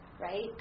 right